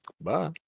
Bye